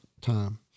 time